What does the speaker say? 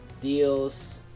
deals